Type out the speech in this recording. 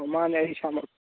ꯑꯣ ꯃꯥꯅꯦ ꯑꯩ ꯏꯁꯥꯃꯛ